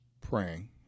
praying